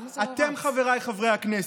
אתם, חבריי חברי הכנסת,